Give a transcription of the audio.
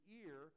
ear